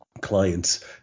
clients